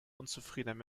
unzufriedener